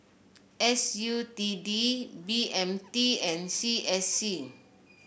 S U T D B M T and C S C